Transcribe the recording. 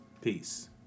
Peace